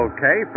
Okay